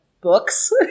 books